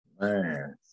Man